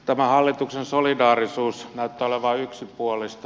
tämä hallituksen solidaarisuus näyttää olevan yksipuolista